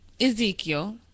Ezekiel